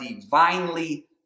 divinely